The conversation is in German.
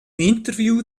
interview